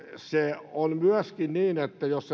se on myöskin niin että jos